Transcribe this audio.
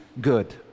good